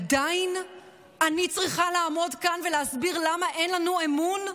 עדיין אני צריכה לעמוד כאן ולהסביר למה אין לנו אמון?